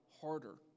harder